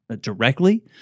directly